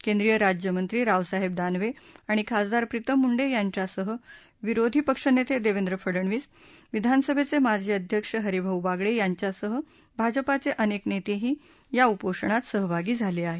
केंद्रीय राज्यमंत्री रावसाहेब दानवे आणि खासदार प्रितम मुंडे यांच्यासह विरोधी पक्षनेते देवेंद्र फडणवीस विधानसभेचे माजी अध्यक्ष हरिभाऊ बागडे यांच्यासह भाजपाचे अनेक नेतेही या उपोषणात सहभागी झाले आहेत